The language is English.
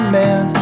man